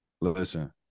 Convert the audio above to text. listen